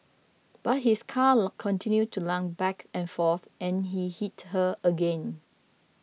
but his colour continued to lunge back and forth and he hit her again